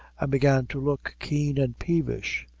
and began to look keen and peevish.